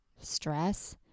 stress